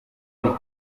ariko